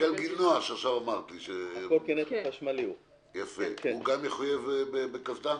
הגלגינוע גם יחויב בקסדה?